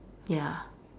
ya